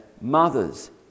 mothers